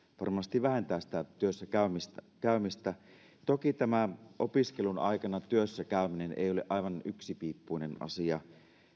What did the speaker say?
varmasti vähentää sitä työssäkäymistä toki opiskelun aikana työssä käyminen ei ole aivan yksipiippuinen asia